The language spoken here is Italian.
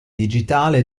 digitale